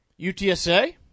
UTSA